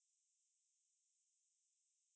which um where is it located